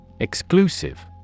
Exclusive